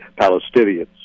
Palestinians